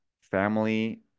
family